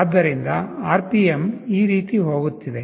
ಆದ್ದರಿಂದ RPM ಈ ರೀತಿ ಹೋಗುತ್ತಿದೆ